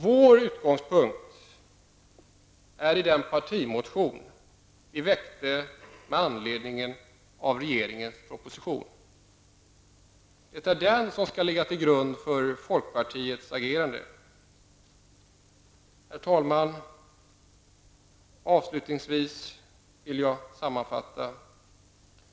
Vår utgångspunkt är den partimotion vi väckte med anledning av regeringens proposition. Det är den som skall ligga till grund för folkpartiets agerande. Herr talman! Jag vill avslutningsvis sammanfatta.